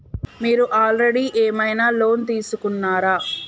మీరు ఆల్రెడీ ఏమైనా లోన్ తీసుకున్నారా?